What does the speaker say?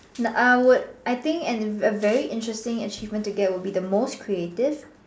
uh I would I think an a very interesting achievement to get would be the most creative